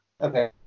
Okay